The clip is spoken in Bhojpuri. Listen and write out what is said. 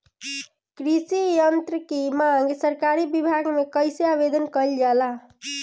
कृषि यत्र की मांग सरकरी विभाग में कइसे आवेदन कइल जाला?